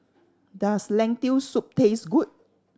does Lentil Soup taste good